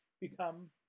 become